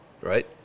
right